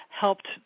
helped